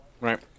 right